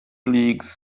leagues